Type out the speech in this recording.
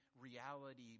reality